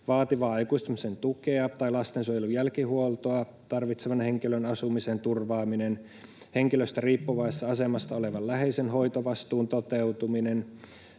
vaativaa aikuistumisen tukea tai lastensuojelun jälkihuoltoa tarvitsevan henkilön asumisen turvaaminen, henkilöstä riippuvaisessa asemassa olevan läheisen hoitovastuun toteutuminen